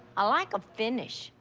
i like a finish.